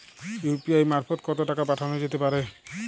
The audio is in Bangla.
ইউ.পি.আই মারফত কত টাকা পাঠানো যেতে পারে?